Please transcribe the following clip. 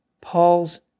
Paul's